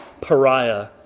pariah